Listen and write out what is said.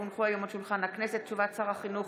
כי הונחה היום על שולחן הכנסת הודעת שר החינוך